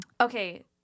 okay